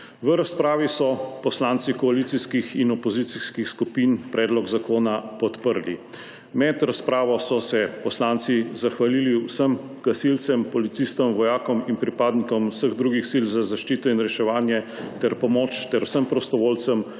V razpravi so poslanci koalicijskih in opozicijskih skupin predlog zakona podprli. Med razpravo so se poslanci zahvalili vsem gasilcem, policistom, vojakom in pripadnikom vseh drugih sil za zaščito in reševanje ter pomoč ter vsem prostovoljcem